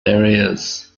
areas